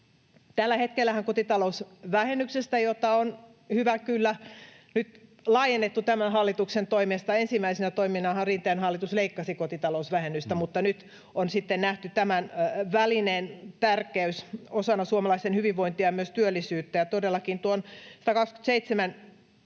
Tällä hetkellähän kotitalousvähennystä on, hyvä kyllä, nyt laajennettu tämän hallituksen toimesta. Ensimmäisenä toimenahan Rinteen hallitus leikkasi kotitalousvähennystä, mutta nyt on sitten nähty tämän välineen tärkeys osana suomalaisten hyvinvointia ja myös työllisyyttä. Todellakin tuon 127